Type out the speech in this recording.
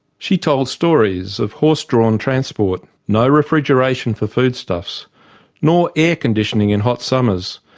she told stories of horse drawn transport, no refrigeration for foodstuffs nor air conditioning in hot summers,